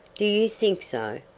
do you think so?